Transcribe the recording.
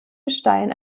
gestein